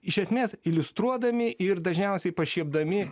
iš esmės iliustruodami ir dažniausiai pašiepdami